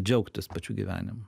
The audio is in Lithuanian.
džiaugtis pačiu gyvenimu